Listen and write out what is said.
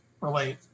relate